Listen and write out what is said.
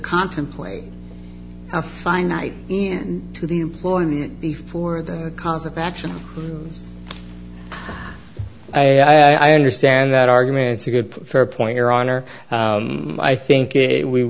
contemplate a finite end to the employee before the cause of action i understand that arguments are good for point your honor i think